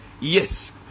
Yes